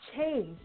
change